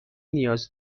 نیاز